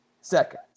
second